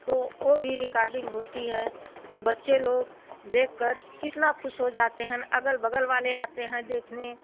तो ओ भी रिकार्डिंग होती है तो बच्चे लोग देखकर कितना ख़ुश हो जाते हैं न अगल बगल वाले आते हैं देखने